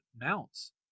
mounts